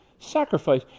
Sacrifice